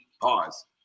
Pause